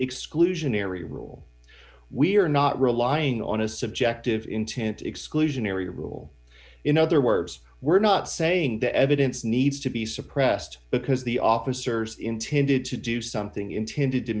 exclusionary rule we are not relying on a subjective intent exclusionary rule in other words we're not saying the evidence needs to be suppressed because the officers intended to do something intended to